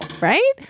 right